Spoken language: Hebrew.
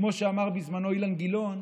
כמו שאמר בזמנו אילן גילאון,